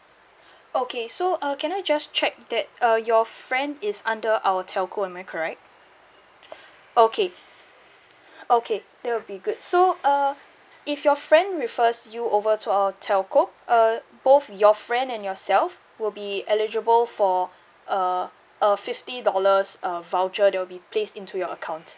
okay so uh can I just check that uh your friend is under our telco am I correct okay okay that will be good so uh if your friend refers you over to our telco uh both your friend and yourself will be eligible for a a fifty dollars uh voucher that will be placed into your account